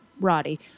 Roddy